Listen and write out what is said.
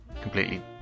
completely